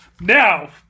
Now